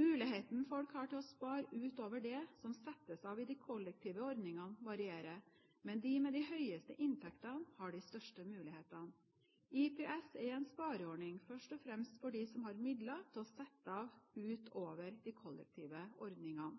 Muligheten folk har til å spare utover det som settes av i de kollektive ordningene, varierer, men de med de høyeste inntektene har de største mulighetene. IPS er en spareordning først og fremst for dem som har midler til å sette av